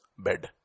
Bed